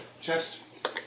chest